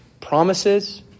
promises